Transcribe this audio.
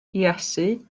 iesu